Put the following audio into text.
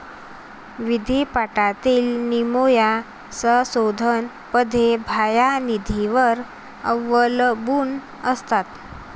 विद्यापीठातील निम्म्या संशोधन पदे बाह्य निधीवर अवलंबून असतात